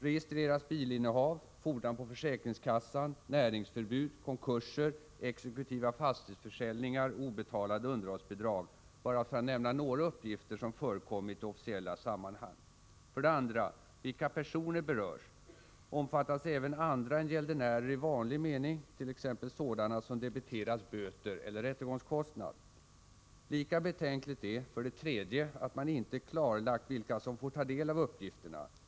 Registreras bilinnehav, fordran på försäkringskassan, näringsförbud, konkurser, exekutiva fastighetsförsäljningar och obetalade underhållsbidrag? — för att bara nämna några uppgifter som förekommit i officiella sammanhang. För det andra: vilka personer berörs? Omfattas även andra än gäldenärer i vanlig mening, t.ex. sådana som debiterats böter eller rättegångskostnad? Lika betänkligt är — för det tredje — att man inte klarlagt vilka som får ta del av uppgifterna.